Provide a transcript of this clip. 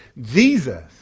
Jesus